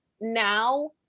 now